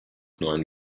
neuen